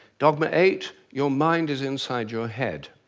dogma eight, your mind is inside your head.